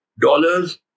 dollars